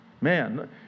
man